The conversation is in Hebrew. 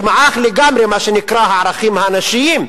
שמעך לגמרי את הערכים הנשיים,